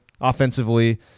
offensively